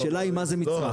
והשאלה היא מה זה מצרך?